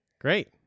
Great